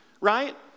Right